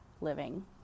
living